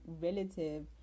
relative